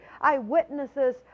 eyewitnesses